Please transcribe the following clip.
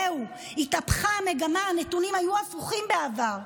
זהו, התהפכה המגמה, הנתונים היו הפוכים בעבר.